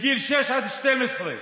מגיל שש עד 12,